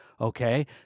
Okay